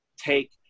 take